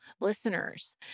listeners